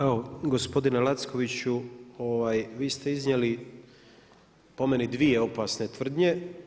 Evo gospodine Lackoviću, vi ste iznijeli po meni dvije opasne tvrdnje.